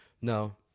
no